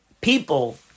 People